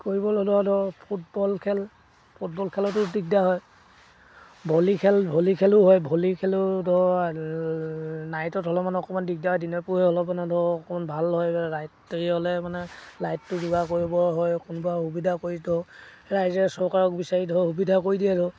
কৰিব ল'লেও ধৰ ফুটবল খেল ফুটবল খেলতো দিগদাৰ হয় ভলী খেল ভলী খেলো হয় ভলী খেলোঁ ধৰ নাইটত হ'লে মানে অকণমান দিগদাৰ হয় দিনে পোহৰে হ'লে মানে ধৰ অকণমান ভাল হয় ৰাত্ৰি হ'লে মানে লাইটটো যোগাৰ কৰিবৰ হয় কোনোবা সুবিধা কৰি ধৰ ৰাইজে চৰকাৰক বিচাৰি ধৰ সুবিধা কৰি দিয়ে ধৰ